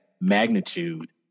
magnitude